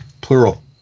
plural